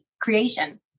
creation